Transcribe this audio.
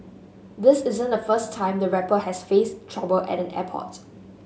this isn't the first time the rapper has faced trouble at an airport